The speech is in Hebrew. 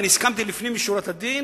ואני הסכמתי לפנים משורת הדין